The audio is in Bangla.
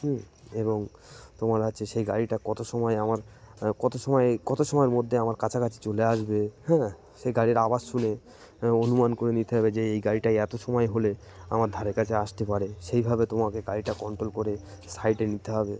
হুম এবং তোমার হচ্ছে সেই গাড়িটা কত সময় আমার কত সময় কত সময়ের মধ্যে আমার কাছাকাছি চলে আসবে হ্যাঁ সেই গাড়ির আওয়াজ শুনে অনুমান করে নিতে হবে যে এই গাড়িটাই এত সময় হলে আমার ধারের কাছে আসতে পারে সেইভাবে তোমাকে গাড়িটা কন্ট্রোল করে সাইডে নিতে হবে